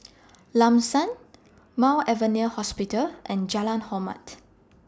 Lam San Mount Alvernia Hospital and Jalan Hormat